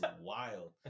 wild